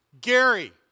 Gary